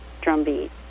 drumbeat